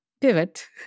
pivot